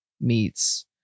meets